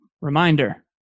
reminder